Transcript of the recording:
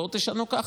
בואו תשנו ככה.